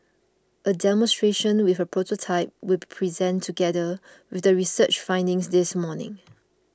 a demonstration with a prototype will be presented together with the research findings this morning